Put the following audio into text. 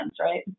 right